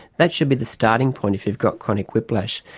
that should be the starting point if you've got chronic whiplash.